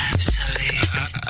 Absolute